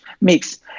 mix